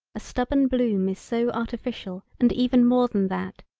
a stubborn bloom is so artificial and even more than that,